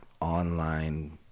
online